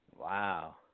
Wow